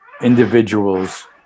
individuals